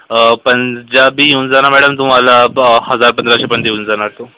अं पंजाबी येऊन जाणार मॅडम तुम्हाला ब हजार पंधराशेपर्यंत येऊन जाणार तो